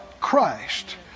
Christ